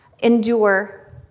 endure